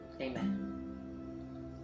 amen